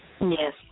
Yes